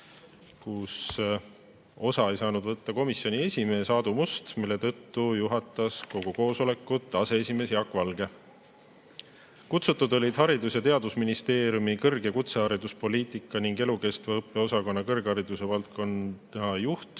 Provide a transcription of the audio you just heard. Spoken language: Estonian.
millest ei saanud osa võtta komisjoni esimees Aadu Must ja mille tõttu juhatas kogu koosolekut aseesimees Jaak Valge. Kutsutud olid Haridus‑ ja Teadusministeeriumi kõrg- ja kutsehariduspoliitika ning elukestva õppe osakonna kõrghariduse valdkonnajuht